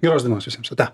geros dienos visiems ate